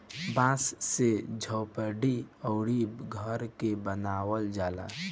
बांस से झोपड़ी अउरी घर भी बनावल जाला